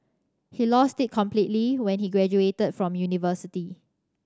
he lost it completely when he graduated from university